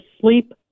sleep